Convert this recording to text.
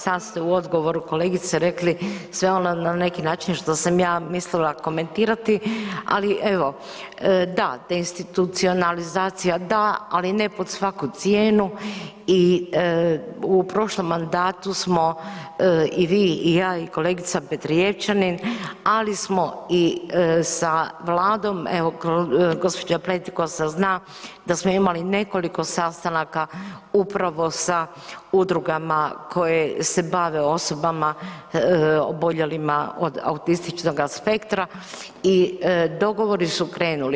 Sad ste u odgovoru kolegice rekli sve ono na neki način što sam ja mislila komentirati, ali evo, da deinstitucionalizacija da, ali ne pod svaku cijenu i u prošlom mandatu smo i vi i ja i kolegica Petrijevčanin, ali smo i sa vladom, evo gđa. Pletikosa zna da smo imali nekoliko sastanaka upravo sa udrugama koje se bave osobama oboljelima od autističnog aspektra i dogovori su krenuli.